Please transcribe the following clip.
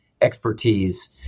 expertise